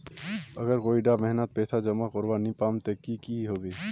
अगर कोई डा महीनात पैसा जमा करवा नी पाम ते की होबे?